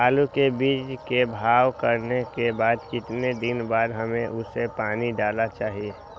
आलू के बीज के भाव करने के बाद कितने दिन बाद हमें उसने पानी डाला चाहिए?